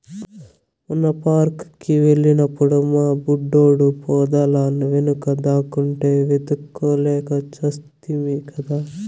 మొన్న పార్క్ కి వెళ్ళినప్పుడు మా బుడ్డోడు పొదల వెనుక దాక్కుంటే వెతుక్కోలేక చస్తిమి కదా